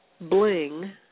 bling